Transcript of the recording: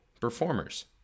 performers